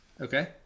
Okay